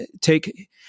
take –